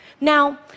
Now